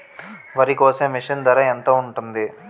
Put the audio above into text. వరి కోసే మిషన్ ధర ఎంత ఉంటుంది?